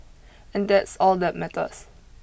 and that's all that matters